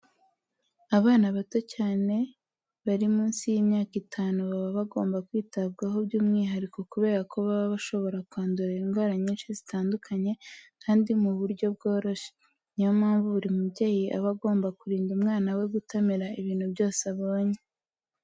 Abana bato cyane bari munsi y'imyaka itanu baba bagomba kwitabwaho by'umwihariko kubera ko baba bashobora kwandura indwara nyinshi zitandukanye kandi mu buryo bworoshye. Ni yo mpamvu buri mubyeyi aba agomba kurinda umwana we gutamira ibintu byose abonye.